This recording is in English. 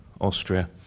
Austria